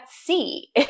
see